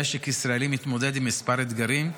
המשק הישראלי מתמודד עם כמה אתגרים: